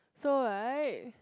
so right